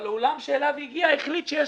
אבל האולם שאליו היא הגיעה החליט שיש